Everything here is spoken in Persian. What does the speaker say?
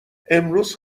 امروز